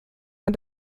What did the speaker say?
man